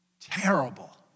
terrible